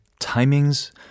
timings